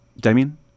Damien